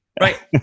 Right